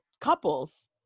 couples